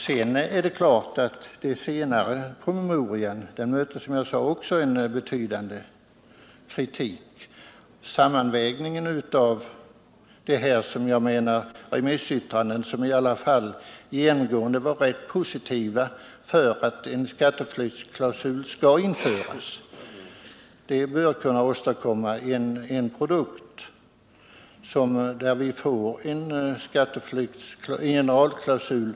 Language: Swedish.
Sedan är det klart att den senare promemorian också mötte en betydande kritik. Sammanvägningen av remissyttrandena, som genomgående var rätt positiva till tanken att en skatteflyktsklausul skall införas, bör kunna åstadkomma en produkt som innebär att vi får en generalklausul.